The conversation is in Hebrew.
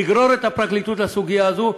יגרור את הפרקליטות לסוגיה הזו,